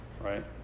right